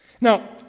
Now